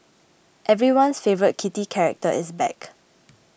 everyone's favourite kitty character is back